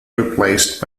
replaced